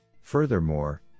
Furthermore